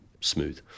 smooth